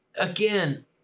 again